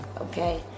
okay